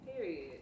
Period